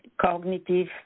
cognitive